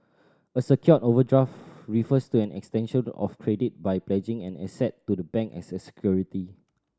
a secured overdraft refers to an extension of credit by pledging an asset to the bank as security